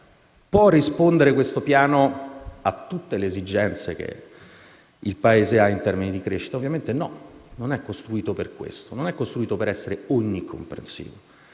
può rispondere a tutte le esigenze che il Paese ha in termini di crescita? Ovviamente no. Non è costruito per questo. Non è costruito per essere onnicomprensivo.